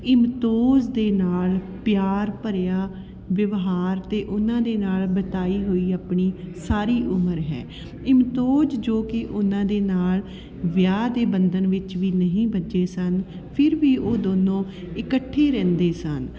ਇਮਤੋਜ਼ ਦੇ ਨਾਲ ਪਿਆਰ ਭਰਿਆ ਵਿਵਹਾਰ ਅਤੇ ਉਨ੍ਹਾਂ ਦੇ ਨਾਲ ਬਿਤਾਈ ਹੋਈ ਆਪਣੀ ਸਾਰੀ ਉਮਰ ਹੈ ਇਮਤੋਜ਼ ਜੋ ਕਿ ਉਨ੍ਹਾਂ ਦੇ ਨਾਲ ਵਿਆਹ ਦੇ ਬੰਧਨ ਵਿੱਚ ਵੀ ਨਹੀਂ ਬੱਝੇ ਸਨ ਫਿਰ ਵੀ ਉਹ ਦੋਨੋਂ ਇਕੱਠੇ ਰਹਿੰਦੇ ਸਨ